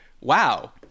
wow